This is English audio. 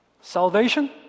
salvation